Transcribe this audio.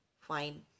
Fine